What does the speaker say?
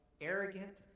arrogant